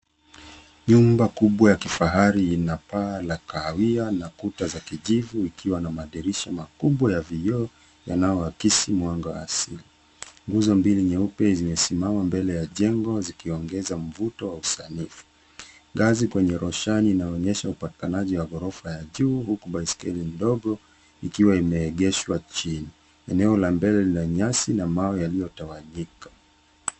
Nyumba kubwa ya kifahari ina paa la kahawia, na kuta za kijivu, ikiwa na madirisha makubwa ya vioo, yanayoakisi mwanga wa asili. Nguzo mbili nyeupe zimesimama mbele ya jengo, zikiongeza mvuto wa usanifu. Ngazi kwenye roshani inaonyesha upatikanaji wa ghorofa ya juu, huku baiskeli ndogo ikiwa imeegeshwa chini. Eneo la mbele lina nyasi na mawe yaliyotawanyika.